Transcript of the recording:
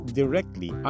directly